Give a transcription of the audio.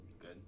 good